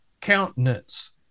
countenance